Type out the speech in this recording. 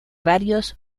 varios